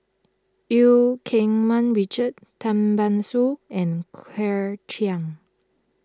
Eu Keng Mun Richard Tan Ban Soon and Claire Chiang